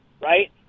right